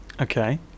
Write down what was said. Okay